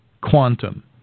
Quantum